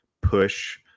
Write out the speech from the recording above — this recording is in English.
push